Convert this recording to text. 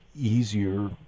easier